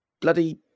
bloody